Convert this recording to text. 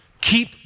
Keep